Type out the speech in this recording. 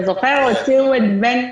אתה זוכר, הוציאו את בני בגין.